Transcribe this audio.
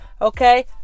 Okay